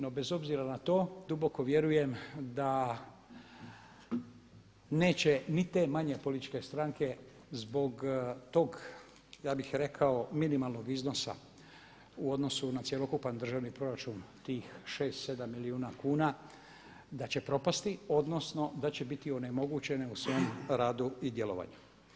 No bez obzira na to duboko vjerujem da neće ni te manje političke stranke zbog tog ja bih rekao minimalnog iznosa u odnosu na cjelokupan državni proračun tih 6, 7 milijuna kuna da će propasti odnosno da će biti onemogućene u svom radu i djelovanju.